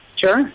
Sure